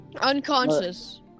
unconscious